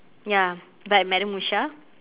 ya by madam musha